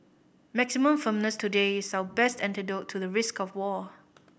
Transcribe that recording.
maximum firmness today is our best antidote to the risk of war